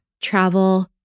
travel